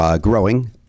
growing